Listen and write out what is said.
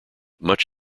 much